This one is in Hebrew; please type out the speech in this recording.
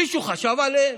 מישהו חשב עליהם?